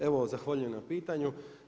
Evo zahvaljujem na pitanju.